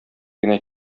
генә